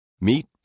Meet